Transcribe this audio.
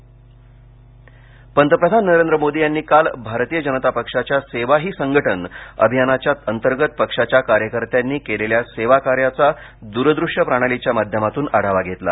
सेवा संगठन पंतप्रधान नरेंद्र मोदी यांनी काल भारतीय जनता पक्षाच्या सेवा ही संगठन अभियानाच्या अंतर्गत पक्षाच्या कार्यकर्त्यांनी केलेल्या सेवा कार्याचा दूरदृश्य प्रणालीच्या माध्यमातून आढावा घेतला